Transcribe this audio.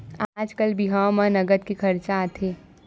आजकाल बिहाव म नँगत के खरचा आथे